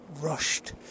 rushed